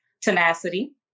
tenacity